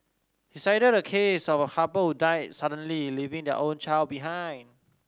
he cited a case of a couple died suddenly leaving their only child behind